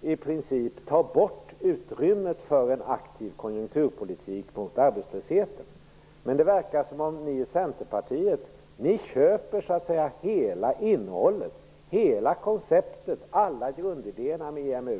i princip tar bort utrymmet för en aktiv konjunkturpolitik mot arbetslösheten. Men det verkar som om ni i Centerpartiet så att säga köper hela konceptet, alla grundidéerna med EMU.